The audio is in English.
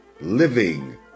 living